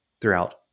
throughout